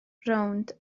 rownd